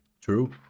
True